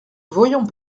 voyons